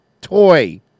toy